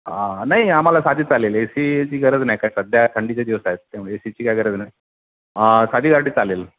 नाही आम्हाला साधी चालेल ए सीची गरज नाही काय सध्या थंडीचे दिवस आहेत त्यामुळे ए सीची काय गरज नाही आं साधी गावठी चालेल